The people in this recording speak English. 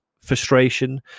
frustration